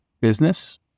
business